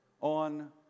on